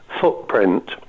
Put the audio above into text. footprint